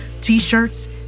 t-shirts